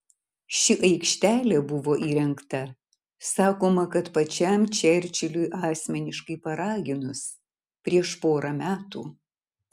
ši aikštelė buvo įrengta sakoma kad pačiam čerčiliui asmeniškai paraginus prieš porą metų